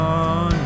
on